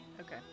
Okay